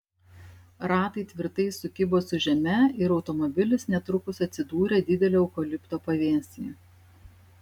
ratai tvirtai sukibo su žeme ir automobilis netrukus atsidūrė didelio eukalipto pavėsyje